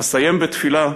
אסיים בתפילה,